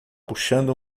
puxando